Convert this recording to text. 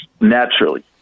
naturally